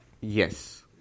Yes